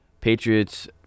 Patriots